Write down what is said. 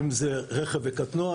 אם זה רכב וקטנוע,